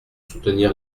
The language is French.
soutenir